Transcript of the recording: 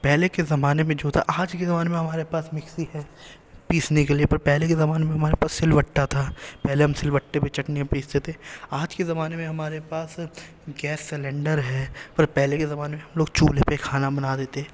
پہلے کے زمانے میں جو تھا آج کے زمانے میں ہمارے پاس مکسی ہے پیسنے کے لیے بٹ پہلے کے زمانے میں ہمارے پاس سل بٹا تھا پہلے ہم سل بٹے پہ چٹنیاں پیستے تھے آج کے زمانے میں ہمارے پاس گیس سلنڈر ہے اور پہلے کے زمانے میں ہم لوگ چولہے پہ کھانا بناتے تھے